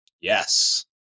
Yes